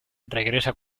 regresa